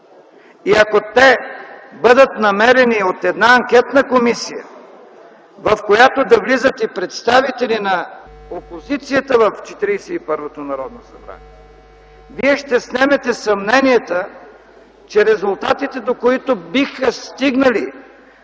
И ако те бъдат намерени от една анкетна комисия, в която да влизат и представители на опозицията в Четиридесет и първото Народно събрание, вие ще снемете съмненията, че резултатите, до които биха стигнали